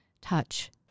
touch